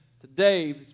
today